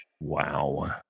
wow